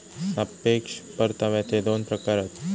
सापेक्ष परताव्याचे दोन प्रकार हत